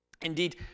Indeed